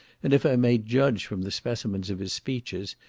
and if i may judge from the specimens of his speeches,